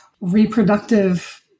reproductive